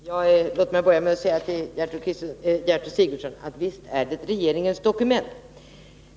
Herr talman! Låt mig börja med att säga till Gertrud Sigurdsen att visst är det regeringens dokument.